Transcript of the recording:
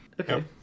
Okay